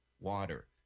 water